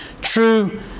true